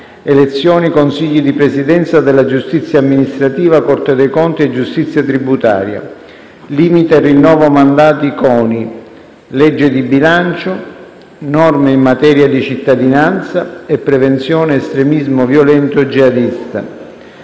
elezioni Consigli di Presidenza della giustizia amministrativa, Corte dei conti e giustizia tributaria, limite rinnovo mandati CONI, legge di bilancio, norme in materia di cittadinanza e prevenzione estremismo violento jihadista.